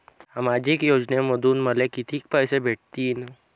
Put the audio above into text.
सामाजिक योजनेमंधून मले कितीक पैसे भेटतीनं?